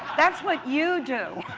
that's what you do.